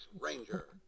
ranger